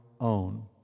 own